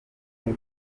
muri